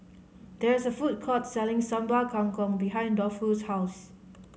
there is a food court selling Sambal Kangkong behind Dolphus' house